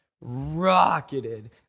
rocketed